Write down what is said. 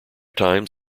times